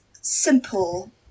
simple